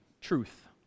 truth